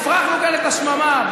הפרחנו כאן את השממה.